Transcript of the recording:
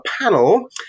panel